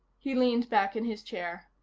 he leaned back in his chair.